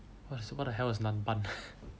what what the hell is nanbun